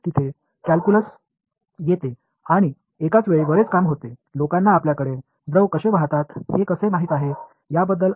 எனவே இங்கு தான் கால்குலஸ் வருகிறது ஒரே நேரத்தில் நிறைய பேர் திரவங்கள் எவ்வாறு பாய்கின்றன என்பது தெரிந்துகொள்ள ஆர்வமாக இருந்தனர்